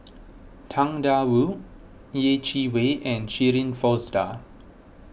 Tang Da Wu Yeh Chi Wei and Shirin Fozdar